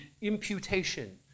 imputation